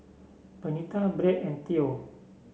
Benita Bret and Theo